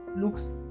looks